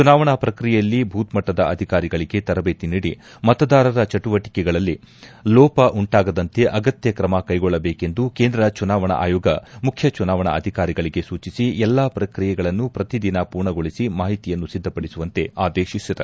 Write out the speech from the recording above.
ಚುನಾವಣಾ ಪ್ರಕ್ರಿಯೆಯಲ್ಲಿ ಭೂತ್ ಮಟ್ಟದ ಅಧಿಕಾರಿಗಳಗೆ ತರಬೇತಿ ನೀಡಿ ಮತದಾನದ ಚಟುವಟಕೆಗಳಲ್ಲಿ ಲೋಪ ಉಂಟಾಗದಂತೆ ಅಗತ್ಯ ಕ್ರಮ ಕೈಗೊಳ್ಳಬೇಕೆಂದು ಕೇಂದ್ರ ಚುನಾವಣಾ ಆಯೋಗ ಮುಖ್ಯ ಚುನಾವಣಾ ಅಧಿಕಾರಿಗಳಿಗೆ ಸೂಚಿಸಿ ಎಲ್ಲಾ ಪ್ರಕ್ರಿಯೆಗಳನ್ನು ಪ್ರತಿ ದಿನ ಪೂರ್ಣಗೊಳಿಸಿ ಮಾಹಿತಿಯನ್ನು ಸಿದ್ದಪಡಿಸುವಂತೆ ಆದೇತಿಸಿದೆ